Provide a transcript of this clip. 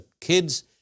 kids